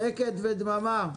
שקט ודממה,